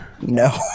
No